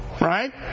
right